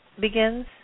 begins